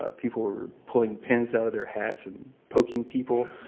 ah people were pulling pins out of their hats and poking people.